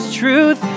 truth